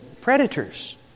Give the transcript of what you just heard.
predators